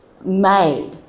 made